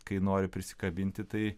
kai nori prisikabinti tai